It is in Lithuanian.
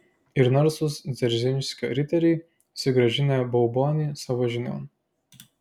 ir narsūs dzeržinskio riteriai susigrąžinę baubonį savo žinion